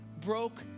broke